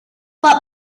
but